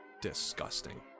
Disgusting